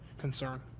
concern